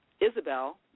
Isabel